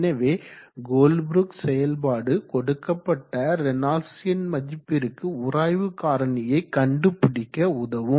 எனவே கோல்ப்ரூக் செயல்பாடு கொடுக்கப்பட்ட ரேனால்ட்ஸ் எண் மதிப்பிற்கு உராய்வு காரணியை கண்டுபிடிக்க உதவும்